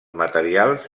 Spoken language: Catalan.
materials